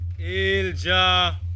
Ilja